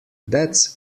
that’s